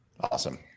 Awesome